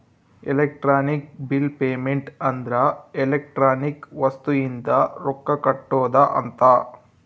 electronic bill payment ಅಂದ್ರ electronic ವಸ್ತು ಇಂದ ರೊಕ್ಕ ಕಟ್ಟೋದ ಅಂತ